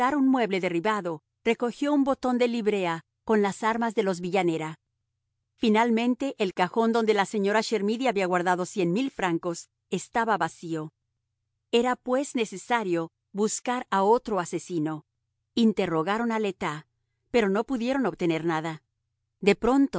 un mueble derribado recogió un botón de librea con las armas de los villanera finalmente el cajón donde la señora chermidy había guardado cien mil francos estaba vacío era pues necesario buscar a otro asesino interrogaron a le tas pero no pudieron obtener nada